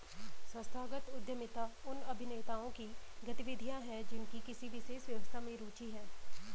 संस्थागत उद्यमिता उन अभिनेताओं की गतिविधियाँ हैं जिनकी किसी विशेष व्यवस्था में रुचि है